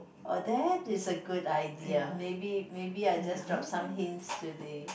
oh that's a good idea maybe maybe I just drop some hints to the